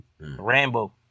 Rambo